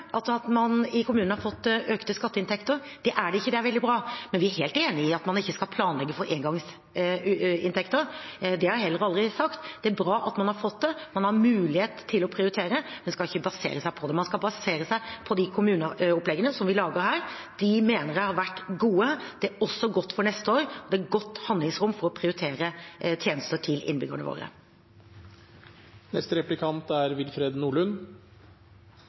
at man i kommunene har fått økte skatteinntekter. Det er det ikke – det er veldig bra. Men vi er helt enig i at man ikke skal planlegge for engangsinntekter, det har jeg heller aldri sagt. Det er bra at man har fått det, man har mulighet til å prioritere, men skal ikke basere seg på det. Man skal basere seg på de kommuneoppleggene som vi lager her. De mener jeg har vært gode. Det er også godt for neste år – det er godt handlingsrom for å prioritere tjenester til innbyggerne våre.